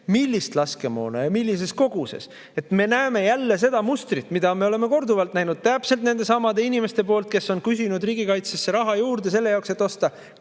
millist laskemoona ja millises koguses? Me näeme jälle seda mustrit, mida me oleme korduvalt näinud täpselt nendesamade inimeste poolt, kes on küsinud riigikaitsesse raha juurde selle jaoks, et osta